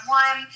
one